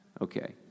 Okay